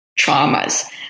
traumas